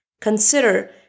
Consider